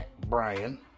Brian